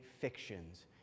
fictions